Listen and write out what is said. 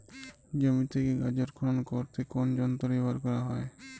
জমি থেকে গাজর খনন করতে কোন যন্ত্রটি ব্যবহার করা হয়?